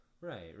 right